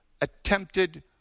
attempted